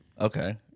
Okay